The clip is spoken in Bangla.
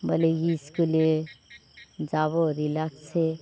বলে স্কুলে যাবো রিল্যাক্সে